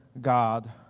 God